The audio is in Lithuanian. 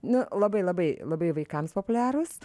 nu labai labai labai vaikams populiarūs